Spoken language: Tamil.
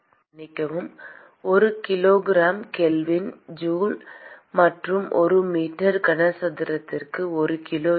மாணவர் மன்னிக்கவும் ஒரு கிலோகிராம் கெல்வின் ஜூல் மற்றும் ஒரு மீட்டர் கனசதுரத்திற்கு ஒரு கிலோ